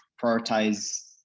prioritize